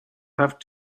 have